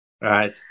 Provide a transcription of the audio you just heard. Right